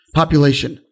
population